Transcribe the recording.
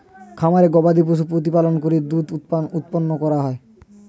খামারে গবাদিপশু প্রতিপালন করে দুধ উৎপন্ন করা হয়